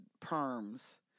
perms